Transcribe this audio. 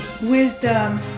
wisdom